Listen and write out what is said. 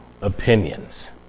opinions